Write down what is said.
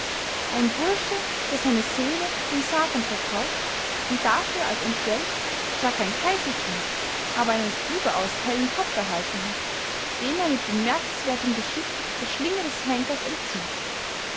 ein bursche der seine seele dem satan verkauft und dafür als entgeld zwar kein kaisertum aber einen überaus hellen kopf erhalten hat den er mit bemerkenswertem geschick der schlinge des henkers entzieht